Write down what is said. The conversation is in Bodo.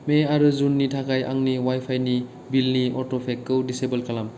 मे आरो जुननि थाखाय आंनि अवाइफाइनि बिलनि अट'पेखौ डिसेबल खालाम